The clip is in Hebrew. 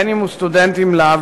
אם הוא סטודנט ואם לאו,